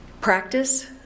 practice